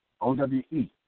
O-W-E